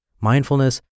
Mindfulness